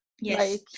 Yes